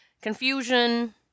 confusion